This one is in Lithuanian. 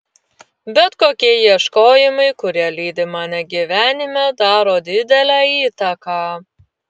bet kokie ieškojimai kurie lydi mane gyvenime daro didelę įtaką